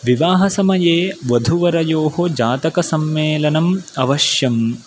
विवाहसमये वधूवरयोः जातकसम्मेलनम् अवश्यम्